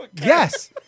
Yes